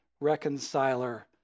reconciler